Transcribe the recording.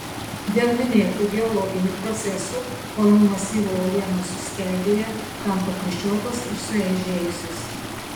dėl minėtų geologinių procesų kalnų masyvų uolienos suskeldėja tampa plyšiuotos ir sueižėjusios